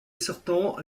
sortant